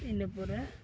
ᱤᱱᱟᱹ ᱯᱚᱨᱮ